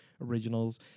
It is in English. originals